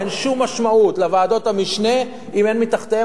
אין שום משמעות לוועדות המשנה אם אין מתחתיהן